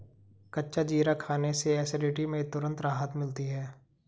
कच्चा जीरा खाने से एसिडिटी में तुरंत राहत मिलती है